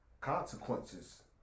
consequences